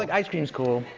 like ice cream's cool.